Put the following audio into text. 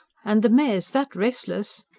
and the mare's that restless.